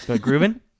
grooving